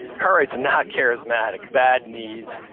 cartwright's not charismatic, bad knees,